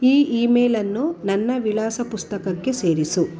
ಈ ಇ ಮೇಲನ್ನು ನನ್ನ ವಿಳಾಸ ಪುಸ್ತಕಕ್ಕೆ ಸೇರಿಸು